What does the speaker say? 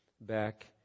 back